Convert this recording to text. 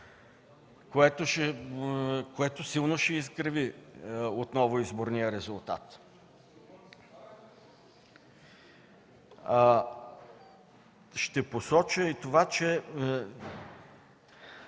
Това силно ще изкриви отново изборния резултат. Ще посоча и това, че